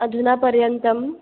अधुना पर्यन्तं